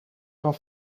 van